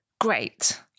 Great